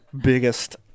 biggest